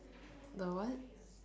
the what